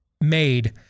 made